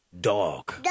Dog